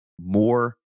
more